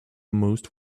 most